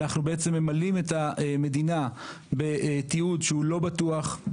אנחנו ממלאים את המדינה בתיעוד שהוא לא בטוח,